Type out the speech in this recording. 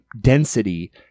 density